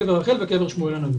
קבר רחל וקבר שמואל הנביא.